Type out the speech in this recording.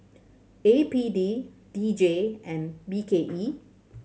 A P D D J and B K E